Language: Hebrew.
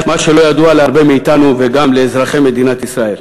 מה שלא ידוע להרבה מאתנו וגם לאזרחי מדינת ישראל: